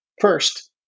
First